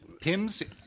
pims